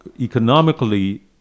economically